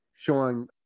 showing